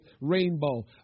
rainbow